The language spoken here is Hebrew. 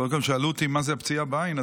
קודם כול, שאלו אותי מה זו הפציעה בעין.